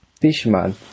Fishman